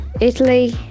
Italy